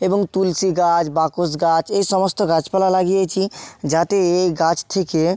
এবং তুলসী গাছ বাকস গাছ এই সমস্ত গাছপালা লাগিয়েছি যাতে এই গাছ থেকে